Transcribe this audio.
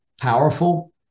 powerful